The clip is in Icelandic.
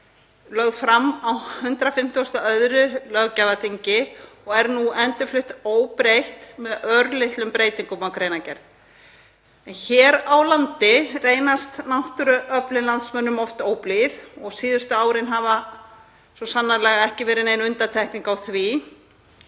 lögð fram á 152. löggjafarþingi og er nú endurflutt óbreytt með örlitlum breytingum á greinargerð. Hér á landi reynast náttúruöflin landsmönnum oft óblíð og hafa síðustu árin svo sannarlega ekki verið nein undantekning á því.